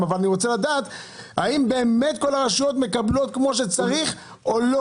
אבל אני רוצה לדעת האם באמת כל הרשויות מקבלות כמו שצריך או שלא